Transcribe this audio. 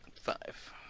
five